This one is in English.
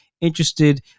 interested